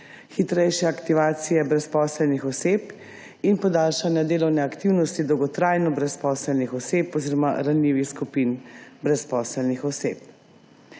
hitrejše aktivacije brezposelnih oseb in podaljšanja delovne aktivnosti dolgotrajno brezposelnih oseb oziroma ranljivih skupin brezposelnih oseb.